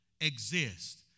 exist